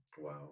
Wow